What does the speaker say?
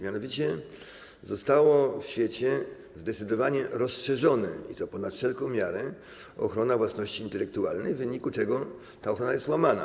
Mianowicie została w świecie zdecydowanie rozszerzona, i to ponad wszelką miarę, ochrona własności intelektualnej, w wyniku czego ta ochrona jest łamana.